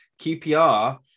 QPR